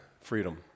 freedom